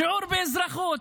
שיעור באזרחות.